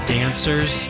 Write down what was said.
dancers